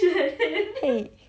!hey!